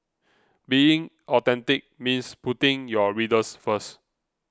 being authentic means putting your readers first